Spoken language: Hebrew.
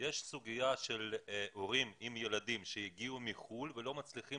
יש סוגיה של הורים עם ילדים שהגיעו מחו"ל ולא מצליחים